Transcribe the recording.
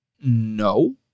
No